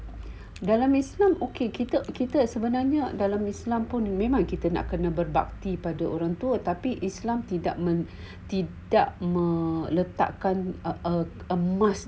dalam islam okay kita kita sebenarnya dalam islam pun memang kita nak kena berbakti pada orang tua tapi islam tidak men~ tidak men~ meletakkan a must